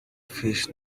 fish